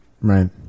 right